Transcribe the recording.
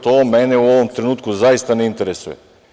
To mene u ovom trenutku zaista ne interesuje.